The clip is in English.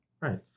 Right